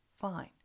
fine